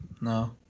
No